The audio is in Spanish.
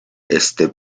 éste